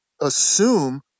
assume